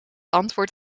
antwoord